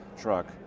truck